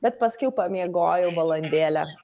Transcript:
bet paskiau pamiegojau valandėlę